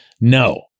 no